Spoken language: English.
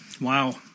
Wow